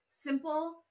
simple